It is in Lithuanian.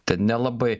ten nelabai